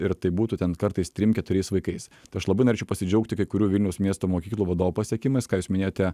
ir tai būtų ten kartais trim keturiais vaikais tai aš labai norėčiau pasidžiaugti kai kurių vilniaus miesto mokyklų vadovų pasiekimas ką jūs minėjote